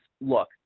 Look